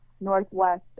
Northwest